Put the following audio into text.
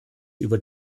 über